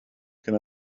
can